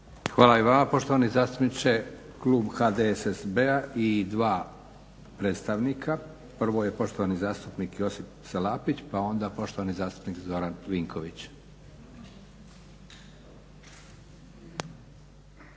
Hvala i vama poštovani zastupniče. Klub HDSSB-a i dva predstavnika, prvo je poštovani zastupnik Josip Salapić pa onda poštovani zastupnik Zoran Vinković.